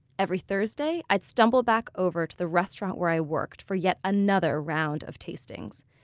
every thursday, i'd stumble back over to the restaurant where i worked for yet another round of tastings.